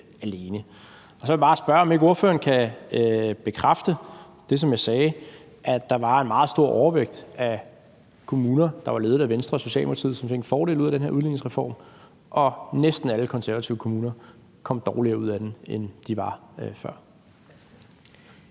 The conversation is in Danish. alene. Så vil jeg bare spørge, om ordføreren ikke kan bekræfte, at der – som jeg sagde – var en meget stor overvægt af kommuner, der var ledet af Venstre og Socialdemokratiet, som fik en fordel ud af den her udligningsreform, mens næsten alle konservative kommuner kom dårligere ud af reformen. Kl.